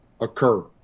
occur